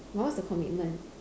but what's the commitment